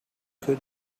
could